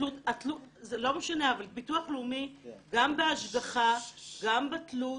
זה לא משנה, ביטוח לאומי גם בהשגחה, גם בתלות